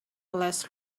less